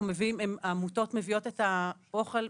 העמותות מביאות את האוכל,